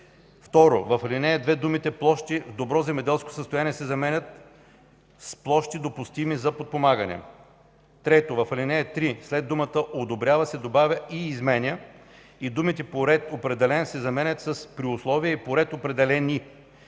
2. В ал. 2 думите „Площи в добро земеделско състояние” се заменят с „Площи, допустими за подпомагане”. 3. В ал. 3 след думата „одобрява” се добавя „и изменя” и думите „по ред, определен” се заменят с „при условия и по ред, определени”.